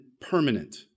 permanent